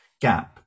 gap